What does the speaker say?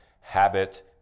habit